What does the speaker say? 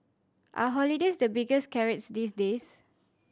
are holidays the biggest carrots these days